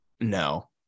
no